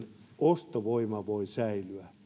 ostovoima voi säilyä